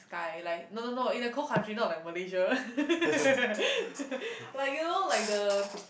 sky like no no no in a cold country not like Malaysia like you know like the